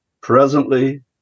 presently